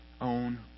own